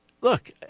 look